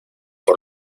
por